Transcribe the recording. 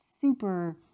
super